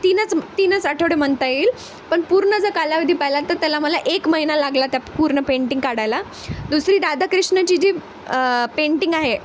तीनच तीनच आठवडे म्हणता येईल पण पूर्ण ज कालावधी पाहिला तर त्याला मला एक महिना लागला त्या पूर्ण पेंटिंग काढायला दुसरी राधाकृष्णाची जी पेंटिंग आहे